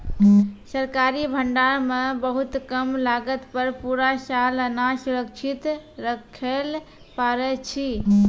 सरकारी भंडार मॅ बहुत कम लागत पर पूरा साल अनाज सुरक्षित रक्खैलॅ पारै छीं